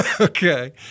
okay